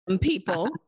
people